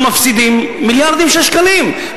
אנחנו מפסידים מיליארדים של שקלים,